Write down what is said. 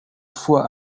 fois